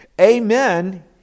Amen